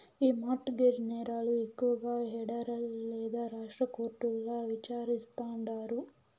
ఈ mortgage నేరాలు ఎక్కువగా పెడరల్ లేదా రాష్ట్ర కోర్టుల్ల విచారిస్తాండారు